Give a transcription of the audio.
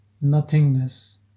nothingness